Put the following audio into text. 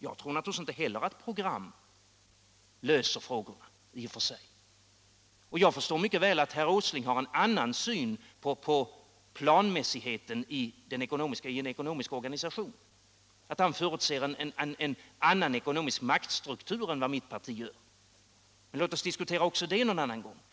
Jag tror naturligtvis inte heller att program i och för sig löser frågorna, och jag förstår mycket väl att herr Åsling har en annan syn på planmässigheten i en ekonomisk organisation och att han förutser en annan ekonomisk maktstruktur än mitt parti gör. Men låt oss diskutera även detta någon annan gång.